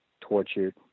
tortured